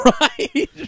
Right